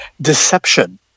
Deception